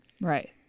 Right